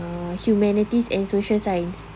uh humanities and social science